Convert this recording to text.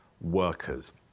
workers